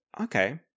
Okay